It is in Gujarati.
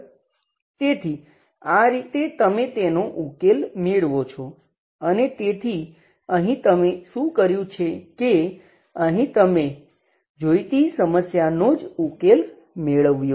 તેથી આ રીતે તમે તેનો ઉકેલ મેળવો છો અને તેથી અહીં તમે શું કર્યું છે કે અહીં તમે જોઈતી સમસ્યાનો જ ઉકેલ મેળવ્યો છે